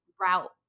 route